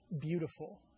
beautiful